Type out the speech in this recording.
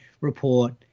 report